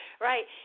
right